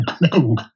No